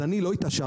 אז אני לא התעשרתי,